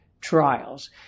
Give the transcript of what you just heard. trials